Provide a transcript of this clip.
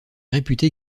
réputée